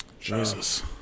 Jesus